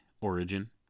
origin